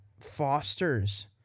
fosters